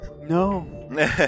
no